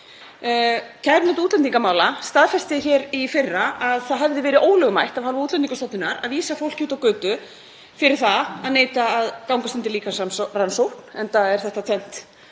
Kærunefnd útlendingamála staðfesti hér í fyrra að það hefði verið ólögmætt af hálfu Útlendingastofnunar að vísa fólki út á götu fyrir það að neita að gangast undir líkamsrannsókn, enda er þetta tvennt